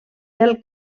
del